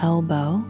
Elbow